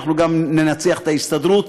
גם ננצח בהסתדרות,